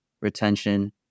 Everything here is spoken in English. retention